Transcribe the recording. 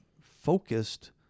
focused